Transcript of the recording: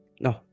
No